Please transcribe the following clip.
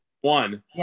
One